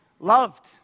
Loved